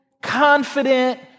confident